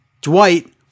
Dwight